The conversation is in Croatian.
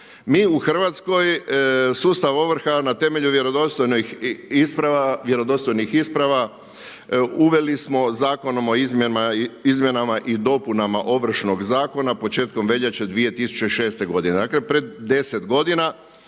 Mi u Hrvatskoj sustav ovrha na temelju vjerodostojnih isprava uveli smo Zakonom o izmjenama i dopunama Ovršnog zakona početkom veljače 2006. godine, dakle pred 10 godina